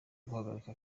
guhagarika